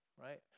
right